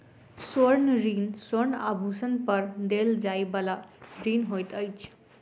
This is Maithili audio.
स्वर्ण ऋण स्वर्ण आभूषण पर देल जाइ बला ऋण होइत अछि